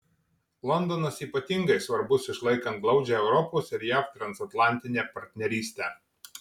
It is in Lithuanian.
londonas ypatingai svarbus išlaikant glaudžią europos ir jav transatlantinę partnerystę